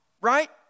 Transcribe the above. right